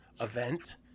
event